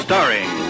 Starring